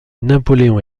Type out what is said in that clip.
napoléon